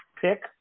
pick